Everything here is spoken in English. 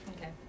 Okay